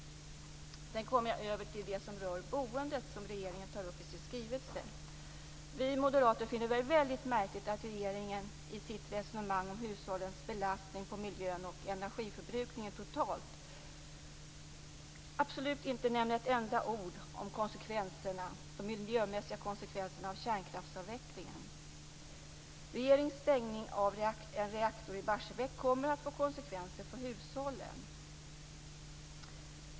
Sedan kommer jag till frågan om boendet och som regeringen tar upp i sin skrivelse. Vi moderater finner det väldigt märkligt att regeringen i sitt resonemang om hushållens belastning på miljön och energiförbrukningen totalt absolut inte nämner ett enda ord om de miljömässiga konsekvenserna av kärnkraftsavvecklingen. Regeringens stängning av en reaktor i Barsebäck kommer att få konsekvenser för hushållen.